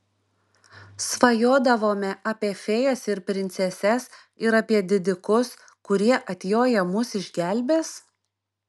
svajodavome apie fėjas ir princeses ir apie didikus kurie atjoję mus išgelbės